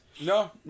No